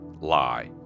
lie